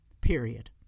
period